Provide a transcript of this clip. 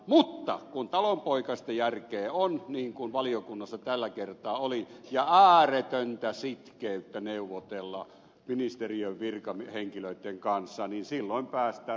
mutta kun talonpoikaista järkeä on niin kuin valiokunnassa tällä kertaa oli ja ääretöntä sitkeyttä neuvotella ministeriön virkahenkilöitten kanssa niin silloin päästään rakentavahenkiseen lopputulokseen